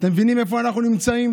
אתם מבינים איפה אנחנו נמצאים?